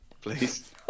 Please